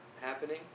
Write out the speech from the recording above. happening